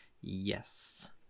yes